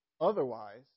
Otherwise